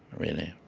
really.